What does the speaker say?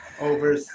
over